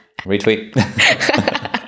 Retweet